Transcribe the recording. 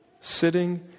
sitting